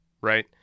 Right